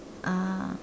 ah